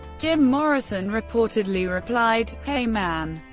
jim morrison reportedly replied hey man.